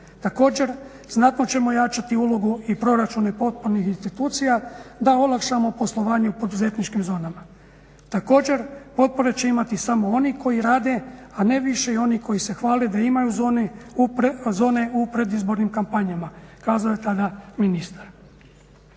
Također, znatno ćemo jačati ulogu i proračune potpornih institucija da olakšamo poslovanje u poduzetničkim zonama. Također, potpore će imati samo oni koji rade, a ne više i oni koji se hvale da imaju zone u predizbornim kampanjama.", kazao je tada ministar.